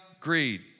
greed